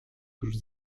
tuż